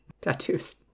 tattoos